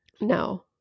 No